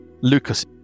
Lucas